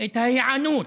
את ההיענות